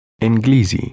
English